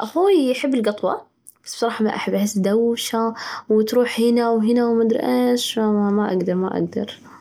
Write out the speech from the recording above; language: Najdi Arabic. أخوي يحب القطوة، بس بصراحة ما أحبها، أحسها دوشة وتروح هنا وهنا وما أدري إيش، ما أجدر، ما أجدر.